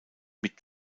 mit